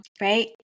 Right